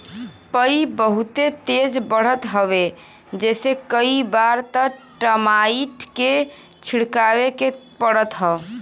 पई बहुते तेज बढ़त हवे जेसे कई बार त टर्माइट के छिड़कवावे के पड़त हौ